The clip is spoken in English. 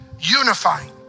unifying